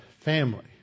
family